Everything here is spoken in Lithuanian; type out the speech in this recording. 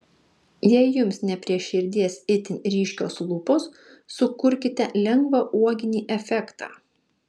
jei jums ne prie širdies itin ryškios lūpos sukurkite lengvą uoginį efektą